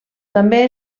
també